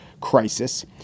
crisis